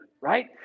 right